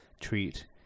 treat